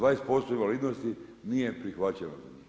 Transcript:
20% invalidnosti nije prihvaćeno.